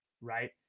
Right